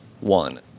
one